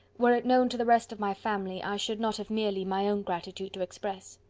were it known to the rest of my family, i should not have merely my own gratitude to express.